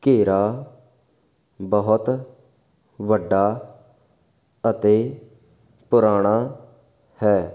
ਘੇਰਾ ਬਹੁਤ ਵੱਡਾ ਅਤੇ ਪੁਰਾਣਾ ਹੈ